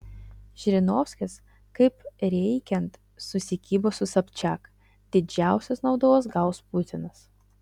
žirinovskis kaip reikiant susikibo su sobčiak didžiausios naudos gaus putinas